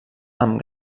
amb